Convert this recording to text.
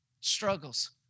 struggles